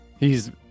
hes